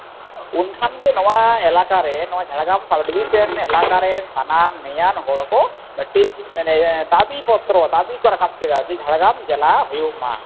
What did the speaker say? ᱩᱱ ᱠᱷᱟᱱ ᱜᱮ ᱱᱚᱣᱟ ᱮᱞᱟᱠᱟ ᱨᱮ ᱱᱚᱣᱟ ᱡᱷᱟᱲᱜᱨᱟᱢ ᱥᱟᱵᱽ ᱰᱤᱵᱷᱤᱥᱮᱱ ᱮᱞᱟᱠᱟ ᱨᱮᱱ ᱥᱟᱱᱟᱢ ᱱᱮᱭᱟᱱ ᱦᱚᱲ ᱠᱚ ᱢᱤᱫᱴᱤᱡ ᱫᱟᱵᱤ ᱯᱚᱛᱨᱚ ᱫᱟᱵᱤ ᱠᱚ ᱨᱟᱠᱟᱵ ᱠᱮᱫᱟ ᱡᱮ ᱡᱷᱟᱲᱜᱨᱟᱢ ᱡᱮᱞᱟ ᱦᱩᱭᱩᱜ ᱢᱟ